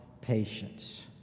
patience